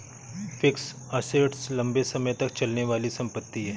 fixed assets लंबे समय तक चलने वाली संपत्ति है